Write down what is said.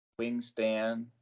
Wingspan